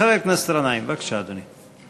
חבר הכנסת גנאים, בבקשה, אדוני.